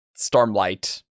stormlight